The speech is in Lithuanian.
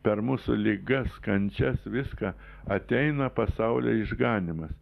per mūsų ligas kančias viską ateina pasaulyje išganymas